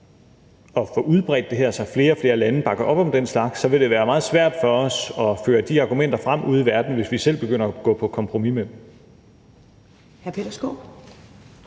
at få udbredt det her, så flere og flere lande bakker op om den slags – så vil være meget svært for os at føre de argumenter frem ude i verden, hvis vi selv begynder at gå på kompromis med dem.